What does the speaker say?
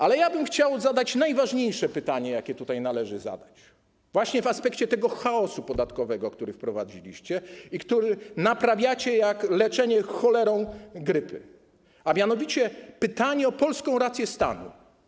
Ale ja bym chciał zadać najważniejsze pytanie, jakie tutaj należy zadać, właśnie w aspekcie tego chaosu podatkowego, który wprowadziliście i który naprawiacie jak leczenie cholerą grypy, a mianowicie pytanie o polską rację stanu.